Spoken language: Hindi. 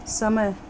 समय